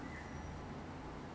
yes but